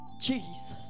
Jesus